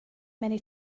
many